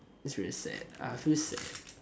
it's very sad I feel sad